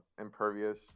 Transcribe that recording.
impervious